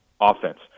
offense